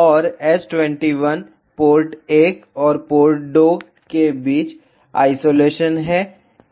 और S21 port 1 और port 2 के बीच आइसोलेशन है